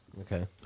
Okay